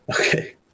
Okay